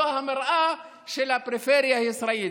זו המראה של הפריפריה הישראלית,